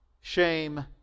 shame